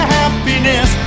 happiness